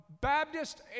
Baptist